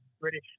British